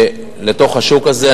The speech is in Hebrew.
לתוך השוק הזה.